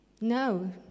no